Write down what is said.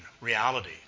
reality